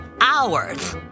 hours